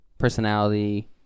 personality